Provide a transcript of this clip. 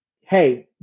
hey